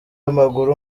w’amaguru